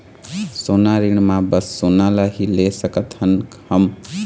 सोना ऋण मा बस सोना ला ही ले सकत हन हम?